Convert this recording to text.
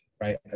right